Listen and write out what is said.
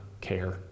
care